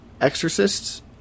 exorcists